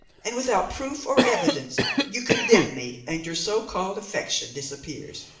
and without proof or evidence you condemn me, and your so-called affection disappears.